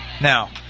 now